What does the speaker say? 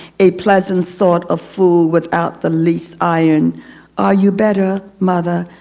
a pleasant sort of fool without the least iron. are you better mother?